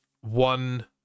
one